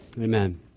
Amen